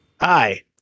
Hi